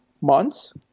months